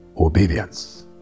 obedience